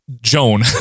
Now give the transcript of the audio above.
Joan